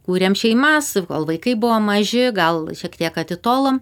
kūrėm šeimas kol vaikai buvo maži gal šiek tiek atitolom